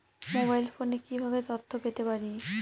Mobile ফোনে কিভাবে তথ্য পেতে পারি?